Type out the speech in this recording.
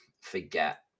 forget